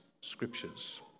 scriptures